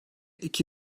iki